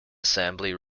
assembly